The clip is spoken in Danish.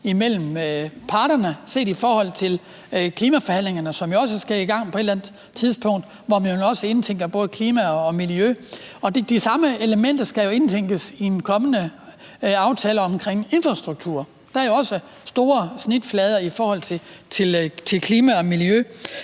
miljø, set i forhold til klimaforhandlingerne, som jo også skal i gang på et eller andet tidspunkt. De samme elementer skal indtænkes i en kommende aftale om infrastruktur. Der er jo også store snitflader til klima og miljø.